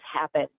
happen